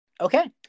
Okay